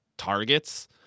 Targets